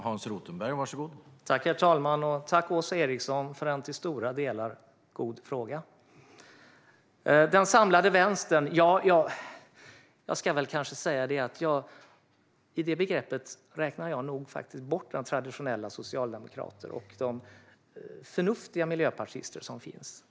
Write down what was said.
Herr talman! Jag tackar Åsa Eriksson för en till stora delar god fråga. I begreppet "den samlade vänstern" räknar jag nog faktiskt inte in traditionella socialdemokrater och de förnuftiga miljöpartister som finns.